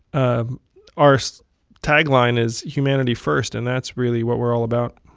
ah our so tagline is humanity first, and that's really what we're all about